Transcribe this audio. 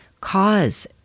cause